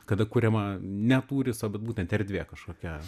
kada kuriama ne tūris o vat būtent erdvė kažkokia